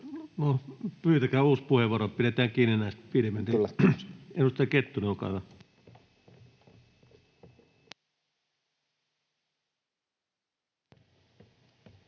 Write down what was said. pyytäkää uusi puheenvuoro. Pidetään kiinni näistä 5 minuutin puheenvuoroista. Edustaja Kettunen, olkaa hyvä.